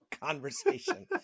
conversation